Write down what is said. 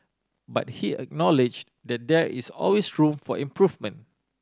but he acknowledged that there is always room for improvement